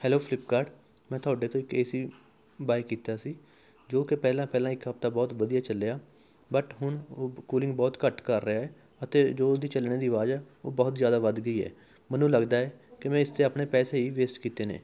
hello Flipkart ਮੈਂ ਤੁਹਾਡੇ ਤੋਂ ਇੱਕ ਏ ਸੀ ਬਾਏ ਕੀਤਾ ਸੀ ਜੋ ਕਿ ਪਹਿਲਾਂ ਪਹਿਲਾਂ ਇੱਕ ਹਫਤਾ ਬਹੁਤ ਵਧੀਆ ਚੱਲਿਆ ਵੱਟ ਹੁਣ ਕੂਲਿੰਗ ਬਹੁਤ ਘੱਟ ਕਰ ਰਿਹਾ ਹੈ ਅਤੇ ਜੋ ਉਹਦੀ ਚੱਲਣੇ ਦੀ ਅਵਾਜ਼ ਹੈ ਉਹ ਬਹੁਤ ਜ਼ਿਆਦਾ ਵੱਧ ਗਈ ਹੈ ਮੈਨੂੰ ਲੱਗਦਾ ਹੈ ਕਿ ਮੈਂ ਇਸ 'ਤੇ ਆਪਣੇ ਪੈਸੇ ਹੀ ਵੇਸਟ ਕੀਤੇ ਨੇ